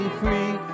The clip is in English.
free